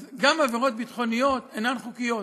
אז גם עבירות ביטחוניות אינן חוקיות,